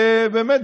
ובאמת,